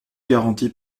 garantis